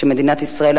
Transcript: שמדינת ישראל,